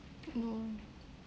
uh